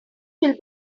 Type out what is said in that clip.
will